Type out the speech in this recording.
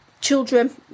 Children